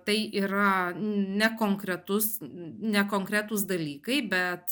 tai yra nekonkretus nekonkretūs dalykai bet